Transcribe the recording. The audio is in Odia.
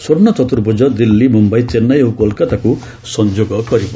ସ୍ୱର୍ଣ୍ଣ ଚତୁର୍ଭୁକ ଦିଲ୍ଲୀ ମୁମ୍ୟାଇ ଚେନ୍ନାଇ ଓ କୋଲ୍କାତାକୁ ସଂଯୋଗ କରିବ